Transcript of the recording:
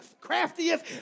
craftiest